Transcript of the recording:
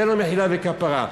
שאין לו מחילה וכפרה.